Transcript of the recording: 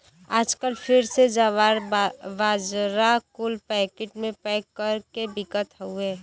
आजकल फिर से जवार, बाजरा कुल पैकिट मे पैक कर के बिकत हउए